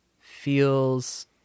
feels